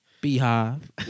Beehive